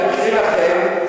אני אקריא לכם,